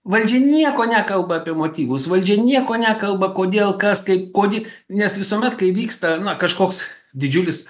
valdžia nieko nekalba apie motyvus valdžia nieko nekalba kodėl kas kaip kodė nes visuomet kai vyksta kažkoks didžiulis